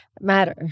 matter